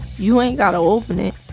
you ain't got to open it.